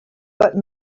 but